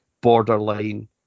borderline